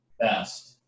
best